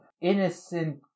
innocent